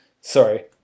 sorry